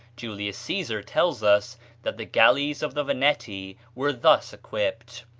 julius caesar tells us that the galleys of the veneti were thus equipped.